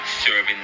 serving